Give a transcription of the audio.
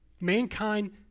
Mankind